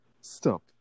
Stop